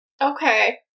Okay